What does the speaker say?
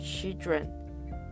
children